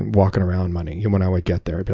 walking around money. when i would get there,